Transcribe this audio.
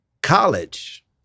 College